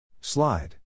Slide